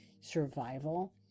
survival